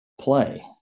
play